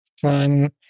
fun